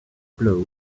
blow